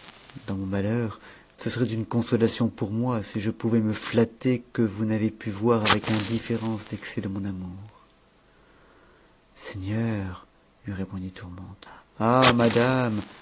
dans mon malheur ce serait une consolation pour moi si je pouvais me flatter que vous n'avez pu voir avec indifférence l'excès de mon amour seigneur lui répondit tourmente ah madame